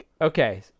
Okay